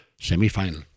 Semi-final